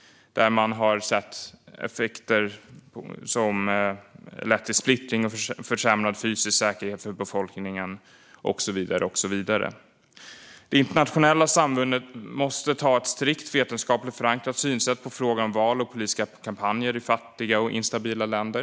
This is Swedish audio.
Där har man sett exempel på val som lett till splittring och försämrad fysisk säkerhet för befolkningen och så vidare. Det internationella samfundet måste ha ett strikt vetenskapligt förankrat synsätt på frågan om val och politiska kampanjer i fattiga och instabila länder.